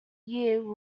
year